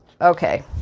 Okay